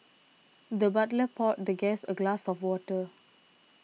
the butler poured the guest a glass of water